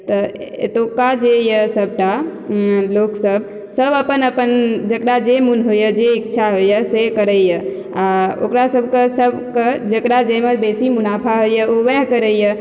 तऽ एतुका जे यऽ सबटा लोकसब सब अपन अपन जकरा जे मुन होइया जे इच्छा होइया से करैया ओकरा सबके सबके जकरा जाहिमे बेसी मुनाफा होइया ओ वएह करैया